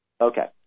Okay